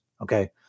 Okay